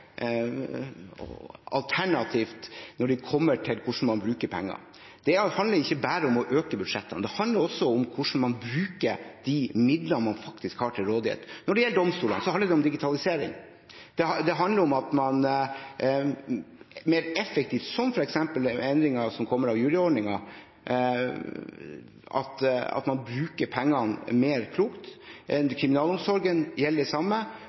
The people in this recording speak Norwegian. alternativt når det kommer til hvordan man bruker penger. Det handler ikke bare om å øke budsjettene. Det handler også om hvordan man bruker de midlene man faktisk har til rådighet. Når det gjelder domstolene, handler det om digitalisering. Det handler om at man er mer effektiv, som f.eks. med endringen som ble gjort med juryordningen, og at man bruker pengene klokere. Det gjelder det samme